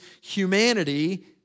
humanity